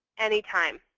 anytime.